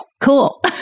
Cool